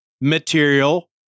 material